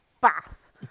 bass